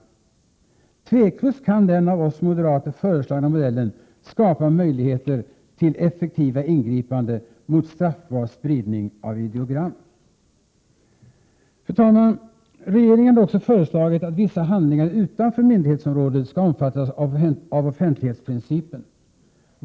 Otvivelaktigt kan den av oss moderater föreslagna modellen skapa möjligheter till effektiva ingripanden mot straffbar spridning av videogram. Fru talman! Regeringen har också föreslagit att vissa handlingar utanför myndighetsområdet skall omfattas av offentlighetsprincipen.